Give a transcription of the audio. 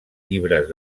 llibres